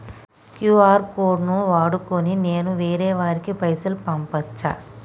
QR code ను వాడుకొని నేను వేరే వారికి పైసలు పంపచ్చా?